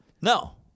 No